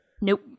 Nope